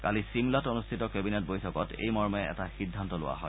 কালি শিমলাত অনুষ্ঠিত কেবিনেট বৈঠকত এইমৰ্মে এটা সিদ্ধান্ত লোৱা হয়